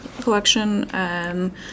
collection